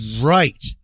right